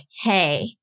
hey